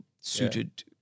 suited